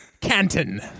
Canton